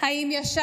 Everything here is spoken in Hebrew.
// האם ישבת?